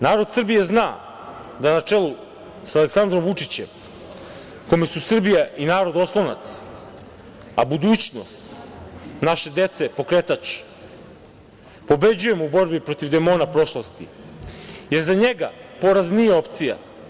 Narod Srbije zna da na čelu sa Aleksandrom Vučićem, kome su Srbija i narod oslonac, a budućnost naše dece je pokretač, pobeđujemo u borbi protiv demona prošlosti, jer za njega poraz nije opcija.